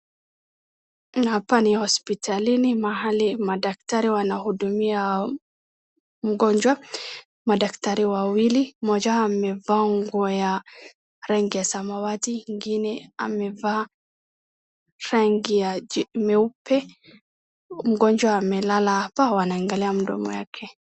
Hapa ni hospitalini mahali madaktari wanahudumia mgonjwa. Madaktari wawili mmoja wao amevaaa nguo ya rangi ya samawati ingine amevaa ranginya meupe. Mgonjwa amelala hapa wanaangalia mdomo yake.